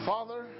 Father